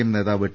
M നേതാവ് T